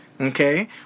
okay